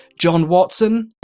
john watson